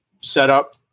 setup